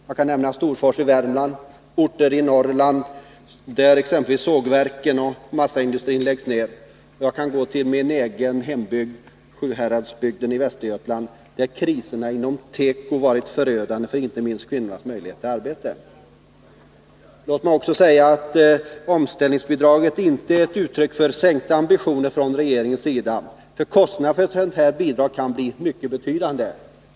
Jag kan nämna Storfors i Värmland och orter i Norrland, där exempelvis sågverk och massaindustri läggs ned. Jag kan gå till min egen hembygd, Sjuhäradsbygdeni Västergötland, där kriserna inom teko varit förödande inte minst för kvinnornas möjligheter till arbete. Låt mig också säga att omställningsbidraget inte är ett uttryck för sänkta ambitioner från regeringens sida. Kostnaderna för ett sådant bidrag kan bli mycket betydande.